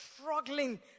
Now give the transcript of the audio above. struggling